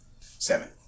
Seven